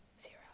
Zero